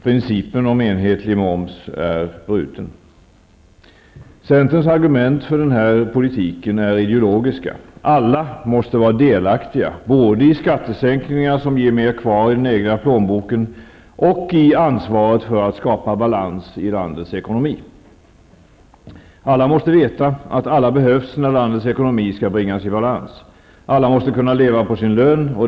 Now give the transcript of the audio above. Principen om enhetlig moms är bruten. Centerns argument för denna politik är ideologiska: Alla måste vara delaktiga -- både i skattesänkningarna, som ger mer kvar i den egna plånboken, och i ansvaret för att skapa balans i landets ekonomi. Alla måste veta att alla behövs när landets ekonomi skall bringas i balans. Alla måste kunna leva på sin lön.